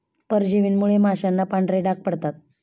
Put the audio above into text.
परजीवींमुळे माशांना पांढरे डाग पडतात